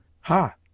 Ha